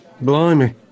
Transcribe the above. Blimey